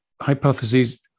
hypotheses